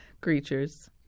creatures